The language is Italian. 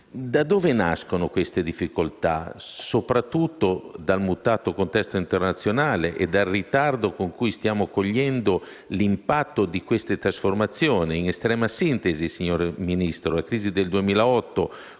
Da dove nascono queste difficoltà? Nascono soprattutto dal mutato contesto internazionale e dal ritardo con cui stiamo cogliendo l'impatto di queste trasformazioni? In estrema sintesi, signor Ministro, la crisi del 2008